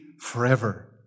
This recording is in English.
forever